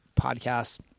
podcast